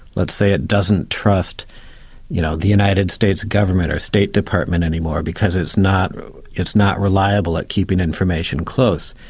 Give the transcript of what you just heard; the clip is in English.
let's say it doesn't trust you know the united states government or state department any more because it's not it's not reliable at keeping information close.